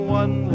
one